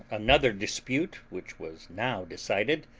another dispute, which was now decided,